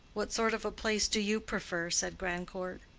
what sort of a place do you prefer? said grandcourt.